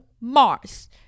Mars